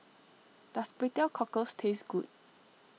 does Kway Teow Cockles taste good